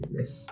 Yes